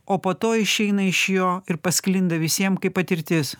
o po to išeina iš jo ir pasklinda visiem kaip patirtis